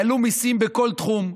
העלו מיסים בכל תחום,